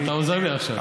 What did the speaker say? אתה עוזר לי עכשיו.